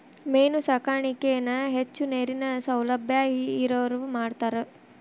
main ಸಾಕಾಣಿಕೆನ ಹೆಚ್ಚು ನೇರಿನ ಸೌಲಬ್ಯಾ ಇರವ್ರ ಮಾಡ್ತಾರ